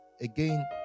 again